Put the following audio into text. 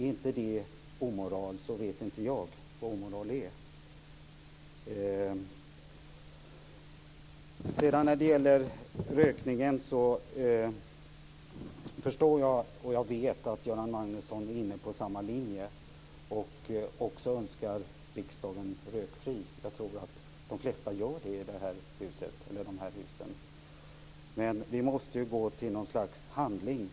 Är inte det omoral så vet jag inte vad omoral är. När det gäller rökningen förstår jag, och jag vet, att Göran Magnusson är inne på samma linje och också önskar riksdagen rökfri. Jag tror att de flesta i de här husen gör det. Men vi måste gå till något slags handling.